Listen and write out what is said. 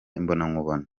imbonankubone